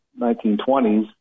1920s